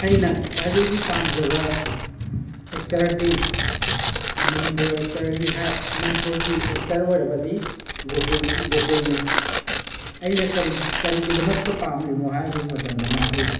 ꯑꯩꯅ ꯈ꯭ꯋꯥꯏꯗꯒꯤ ꯄꯥꯝꯖꯕ ꯑꯦꯛꯇꯔꯗꯤ ꯃꯅꯤꯄꯨꯔ ꯑꯦꯛꯇꯔꯒꯤ ꯃꯅꯤꯄꯨꯔꯒꯤ ꯑꯦꯛꯇꯔ ꯑꯣꯏꯔꯕꯗꯤ ꯒꯣꯀꯨꯜ ꯒꯨꯀꯨꯜꯅꯤ ꯑꯩꯅ ꯀꯔꯤ ꯀꯔꯤꯒꯤꯗꯃꯛꯇ ꯄꯥꯝꯂꯤꯝꯅꯣ ꯍꯥꯏꯕ ꯃꯇꯝꯗ ꯃꯥꯁꯤ